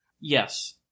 Yes